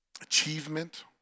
Achievement